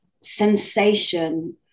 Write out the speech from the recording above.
sensation